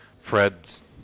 Fred's